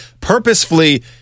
purposefully